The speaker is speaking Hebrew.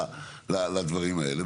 להיכנס לדברים האלה,